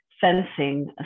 fencing